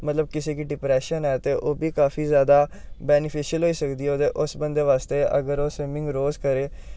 मतलब किसै गी डिप्रैशन ऐ ते ओह् डी काफी ज्यादा बैनिफिशल होई सकदी ऐ ओग्दे उस बंदै बास्तै अगर ओह् स्विमिंग रोज़ करै